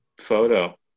photo